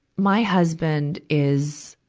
my husband is,